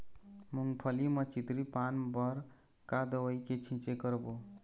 मूंगफली म चितरी पान बर का दवई के छींचे करबो?